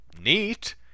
neat